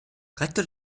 rektor